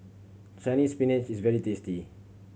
Chinese Spinach is very tasty